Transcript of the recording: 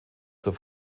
zur